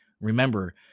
Remember